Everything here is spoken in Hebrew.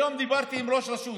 היום דיברתי עם ראש רשות,